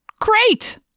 Great